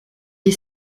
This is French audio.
est